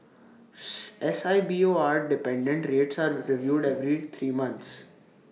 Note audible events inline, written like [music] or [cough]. [hesitation] S I B O R dependent rates are reviewed every three months